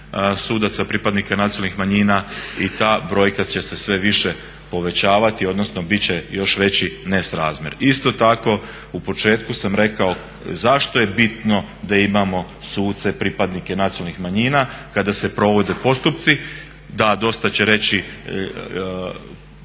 sudaca, pripadnika nacionalnih manjina i ta brojka će se sve više povećavati odnosno biti će još veći nesrazmjer. Isto tako u početku sam rekao zašto je bitno da imamo suce pripadnike nacionalnih manjina kada se provode postupci. Da, dosta će reći